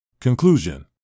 Conclusion